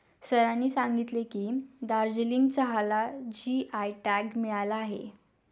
सरांनी सांगितले की, दार्जिलिंग चहाला जी.आय टॅग मिळाला आहे